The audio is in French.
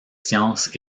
sciences